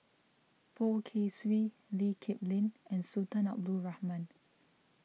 Poh Kay Swee Lee Kip Lin and Sultan Abdul Rahman